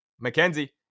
Mackenzie